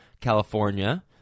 California